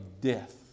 death